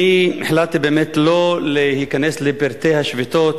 אני החלטתי באמת לא להיכנס לפרטי השביתות